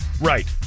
Right